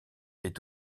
est